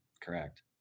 Correct